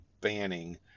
banning